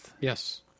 yes